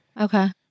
Okay